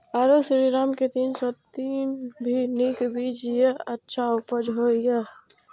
आरो श्रीराम के तीन सौ तीन भी नीक बीज ये अच्छा उपज होय इय?